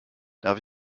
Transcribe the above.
darf